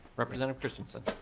representative christensen.